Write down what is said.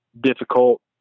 difficult